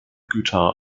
güter